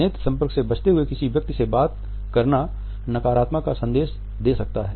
नेत्र संपर्क से बचते हुए किसी व्यक्ति से बात करना नकारात्मकता का संदेश दे सकता है